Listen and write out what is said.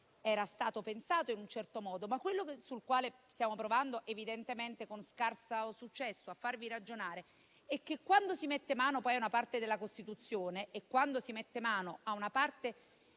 era stato pensato in un certo modo, ma quello su cui stiamo provando, evidentemente con scarso successo, a farvi ragionare, è che, quando si mette mano ad una parte della Costituzione, in particolare a una sua parte